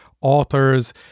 authors